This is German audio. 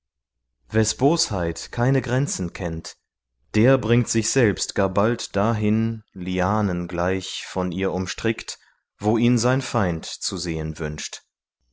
wes bosheit keine grenzen kennt der bringt sich selbst gar bald dahin lianengleich von ihr umstrickt wo ihn sein feind zu sehen wünscht